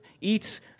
eats